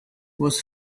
was